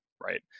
right